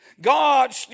God